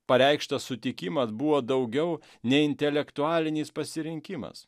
pareikštas sutikimas buvo daugiau nei intelektualinis pasirinkimas